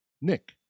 Nick